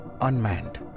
unmanned